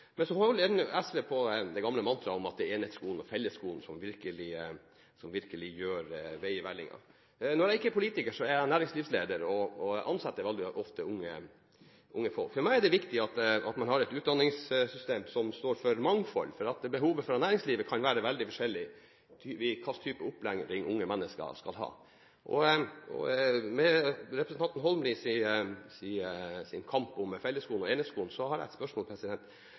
gamle mantraet om at det er enhetsskolen og fellesskolen som virkelig gjør vei i vellinga. Når jeg ikke er politiker, er jeg næringslivsleder og ansetter veldig ofte unge folk. For meg er det viktig at man har et utdanningssystem som står for mangfold, for behovet fra næringslivet kan være veldig forskjellig når det gjelder hva slags type opplæring unge mennesker skal ha. Med tanke på representanten Holmelids kamp for fellesskolen og enhetsskolen har jeg et spørsmål: